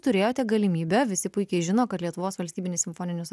turėjote galimybę visi puikiai žino kad lietuvos valstybinis simfoninis